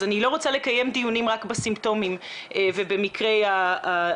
אז אני לא רוצה לקיים דיונים רק בסימפטומים ובמקרה הטרגי,